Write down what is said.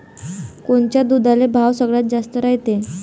कोनच्या दुधाले भाव सगळ्यात जास्त रायते?